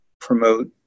promote